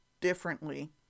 differently